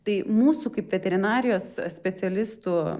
tai mūsų kaip veterinarijos specialistų